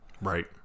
Right